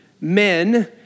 men